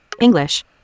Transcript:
English